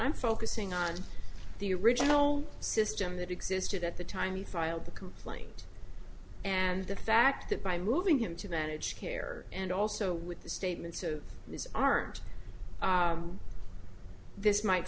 i'm focusing on the original system that existed at the time he filed the complaint and the fact that by moving him to managed care and also with the statements of his arms this might